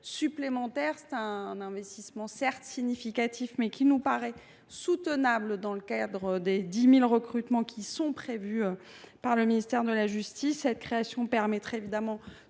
supplémentaires. C’est un investissement, certes, significatif, mais qui nous paraît soutenable dans le cadre des 10 000 recrutements prévus par le ministère de la justice. Cela permettrait de